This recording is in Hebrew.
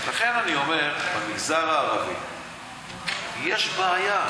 לכן אני אומר, במגזר הערבי יש בעיה.